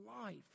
life